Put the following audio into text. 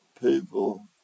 people